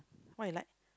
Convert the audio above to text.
what you like